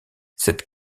cette